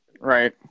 Right